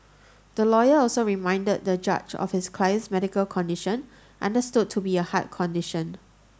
the lawyer also reminded the judge of his client's medical condition understood to be a heart condition